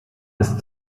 ist